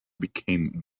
became